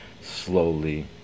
slowly